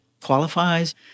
qualifies